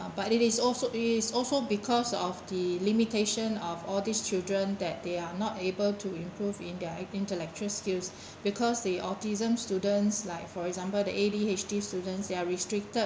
uh but it is also it is also because of the limitation of all these children that they are not able to improve in their intellectual skills because the autism students like for example the A_D_H_D students they are restricted